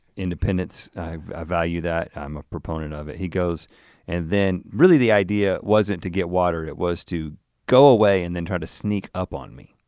independence, i value that, i'm a proponent of it. he goes and then really the idea wasn't to get water, it was to go away and then try to sneak up on me.